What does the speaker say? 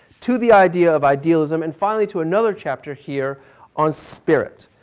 to the idea of idealism and finally to another chapter here on spirit.